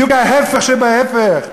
בדיוק ההפך שבהפך.